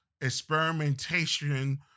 experimentation